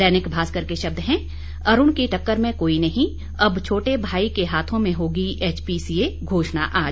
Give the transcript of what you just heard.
दैनिक भास्कर के शब्द हैं अरूण की टक्कर में कोई नहीं अब छोटे भाई के हाथों में होगी एचपीसीए घोषणा आज